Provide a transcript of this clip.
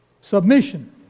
Submission